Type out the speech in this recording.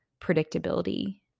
predictability